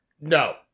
No